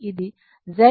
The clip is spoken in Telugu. ఇది Z